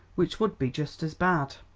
which would be just as bad.